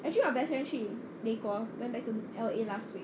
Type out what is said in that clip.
actually 我 best friend 去美国 went back to L_A last week